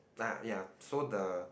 ah ya so the